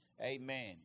Amen